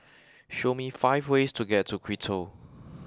show me five ways to get to Quito